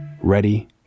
ready